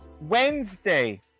Wednesday